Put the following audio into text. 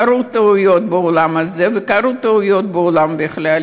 קרו טעויות באולם הזה וקרו טעות בעולם בכלל,